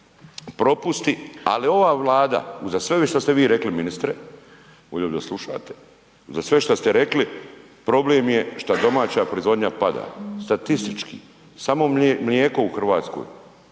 ali ova Vlada uza sve ovo šta ste vi rekli ministre, volio bi da slušate, za sve šta ste rekli problem je šta domaća proizvodnja pada, statistički, samo mlijeko u RH